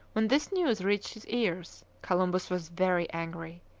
when this news reached his ears, columbus was very angry.